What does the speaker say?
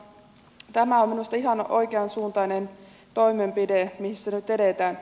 tämä on minusta ihan oikean suuntainen toimenpide miten nyt edetään